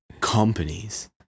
companies